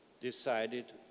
decided